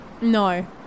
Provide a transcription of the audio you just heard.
No